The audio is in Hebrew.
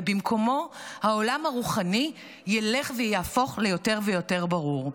ובמקומו העולם הרוחני ילך ויהפוך ליותר ויותר ברור.